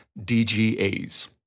DGAs